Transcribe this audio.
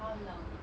how long eh